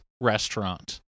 restaurant